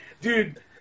dude